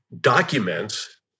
documents